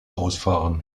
ausfahren